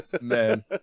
man